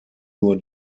nur